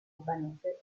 albanese